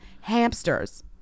hamsters